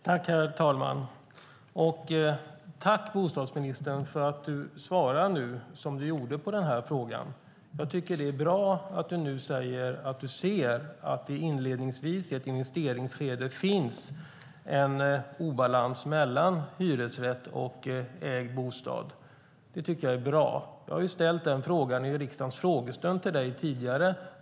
Herr talman! Tack, bostadsministern, för att du svarade som du gjorde på frågan! Det är bra att du nu säger att du ser att det inledningsvis, i ett investeringsskede, finns en obalans mellan hyresrätt och ägd bostad. Jag har i riksdagens frågestund ställt frågan till dig tidigare.